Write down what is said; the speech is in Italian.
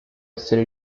essere